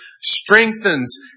strengthens